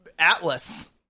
atlas